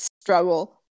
struggle